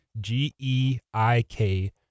G-E-I-K